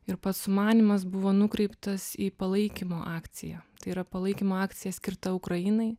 ir pats sumanymas buvo nukreiptas į palaikymo akciją tai yra palaikymo akciją skirtą ukrainai